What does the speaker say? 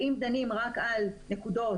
שאם דנים רק על נקודות,